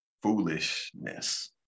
foolishness